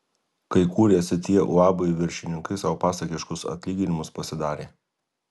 kai kūrėsi tie uabai viršininkai sau pasakiškus atlyginimus pasidarė